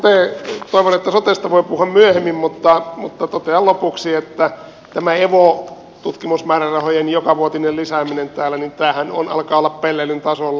toivon että sotesta voi puhua myöhemmin mutta totean lopuksi että tämä evo tutkimusmäärärahojen jokavuotinen lisääminen täällä alkaa olla pelleilyn tasolla